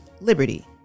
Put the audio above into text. liberty